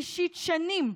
אישית, שנים,